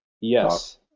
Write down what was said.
Yes